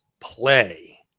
play